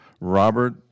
Robert